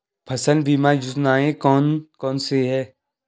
फसल बीमा योजनाएँ कौन कौनसी हैं?